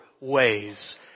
ways